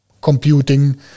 computing